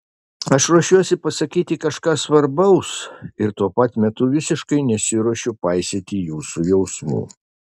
aš ruošiuosi pasakyti kažką svarbaus ir tuo pat metu visiškai nesiruošiu paisyti jūsų jausmų